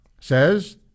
says